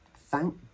thank